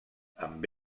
amb